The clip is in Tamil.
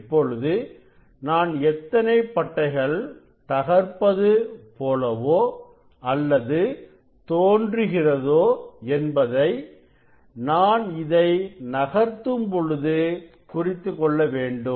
இப்பொழுது நான் எத்தனை பட்டைகள் தகர்ப்பது போலவோ அல்லது தோன்றுகிறதோ என்பதை நான் இதை நகர்த்தும் பொழுது குறித்துக்கொள்ள வேண்டும்